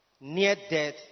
near-death